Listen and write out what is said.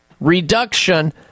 reduction